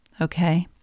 okay